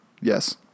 Yes